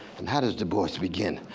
and how does du bois begin?